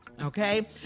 Okay